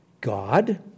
God